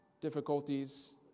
difficulties